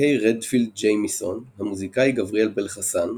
קיי רדפילד ג'יימיסון, המוזיקאי גבריאל בלחסן,